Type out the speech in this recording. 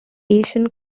asian